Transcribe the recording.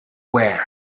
wear